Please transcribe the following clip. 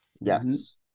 Yes